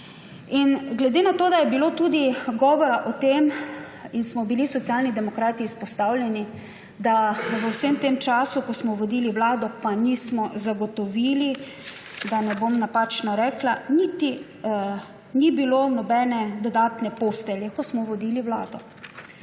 Glede na to da je bilo tudi govora o tem in smo bili Socialni demokrati izpostavljeni, da v vsem tem času, ko smo vodili vlado, nismo zagotovili, da ne bom napačno rekla, češ, da niti ni bilo nobene dodatne postelje, ko smo vodili vlado.